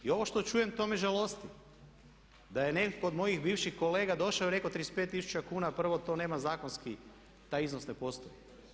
I ovo što čujem to me žalosti, da je netko od mojih bivših kolega došao i rekao 35 tisuća kuna, prvo to nema zakonski, taj iznos ne postoji.